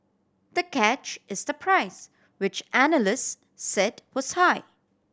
the catch is the price which analyst said was high